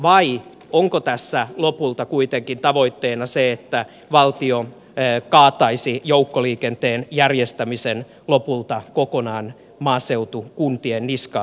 vai onko tässä lopulta kuitenkin tavoitteena se että valtio kaataisi joukkoliikenteen järjestämisen lopulta kokonaan maaseutukuntien niskaan